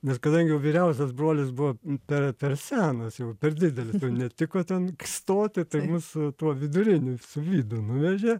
nes kadangi vyriausias brolis buvo per per senas jau per didelis netiko ten stoti tai su tuo viduriniu vidu nuvežė